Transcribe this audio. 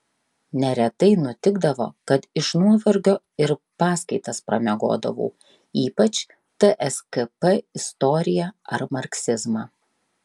neretai nutikdavo kad iš nuovargio ir paskaitas pramiegodavau ypač tskp istoriją ar marksizmą